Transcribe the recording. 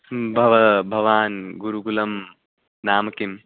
भवतः भवतः गुरुकुलं नाम किम्